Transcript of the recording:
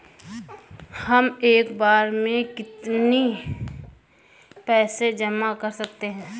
हम एक बार में कितनी पैसे जमा कर सकते हैं?